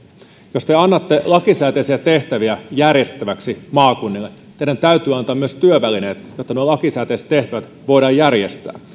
jos te annatte lakisääteisiä tehtäviä järjestettäväksi maakunnille teidän täytyy antaa myös työvälineet jotta ne lakisääteiset tehtävät voidaan järjestää